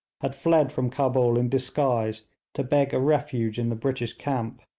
had fled from cabul in disguise to beg a refuge in the british camp.